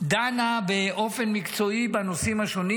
דנה באופן מקצועי בנושאים השונים.